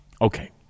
Okay